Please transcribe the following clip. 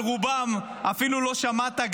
על רובם אפילו לא שמעת.